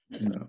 No